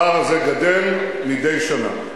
הפער הזה גדל מדי שנה.